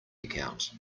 account